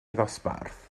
ddosbarth